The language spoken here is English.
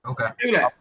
Okay